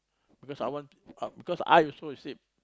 because I want because I also the same